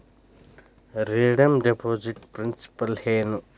redeem deposit principal ಏನು